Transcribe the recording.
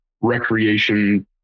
recreation